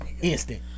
Instant